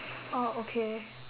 oh okay